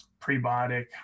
prebiotic